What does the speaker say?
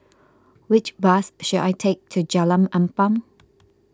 which bus should I take to Jalan Ampang